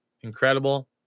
Incredible